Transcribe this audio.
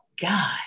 god